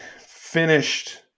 finished